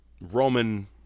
Roman